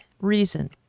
reason